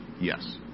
Yes